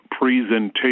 presentation